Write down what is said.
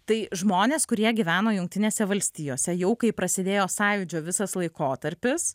tai žmonės kurie gyveno jungtinėse valstijose jau kai prasidėjo sąjūdžio visas laikotarpis